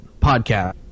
podcast